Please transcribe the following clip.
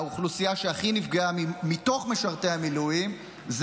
האוכלוסייה שהכי נפגעה מתוך משרתי המילואים הם